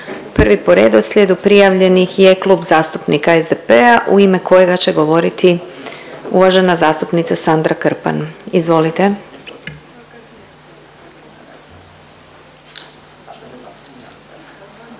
Prvi po redoslijedu prijavljenih je Klub zastupnika SDP-a u ime kojega će govoriti uvažena zastupnica Sandra Krpan. Izvolite.